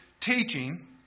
teaching